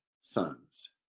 sons